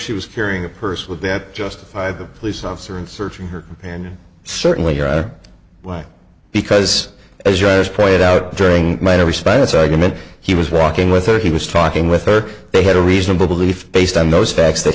she was carrying a purse with that justify the police officer in searching her and certainly your wife because as you just pointed out during my response argument he was walking with her he was talking with her they had a reasonable belief based on those facts that